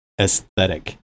aesthetic